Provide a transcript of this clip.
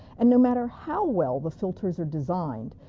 and, no matter how well the filters are designed,